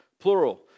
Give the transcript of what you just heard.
plural